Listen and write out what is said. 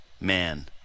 man